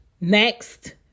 next